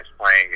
playing